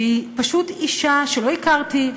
שהיא אישה שלא הכרתי,